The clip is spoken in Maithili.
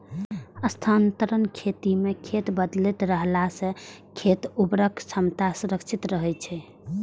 स्थानांतरण खेती मे खेत बदलैत रहला सं खेतक उर्वरक क्षमता संरक्षित रहै छै